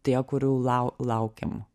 tie kurių lau laukėm